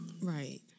Right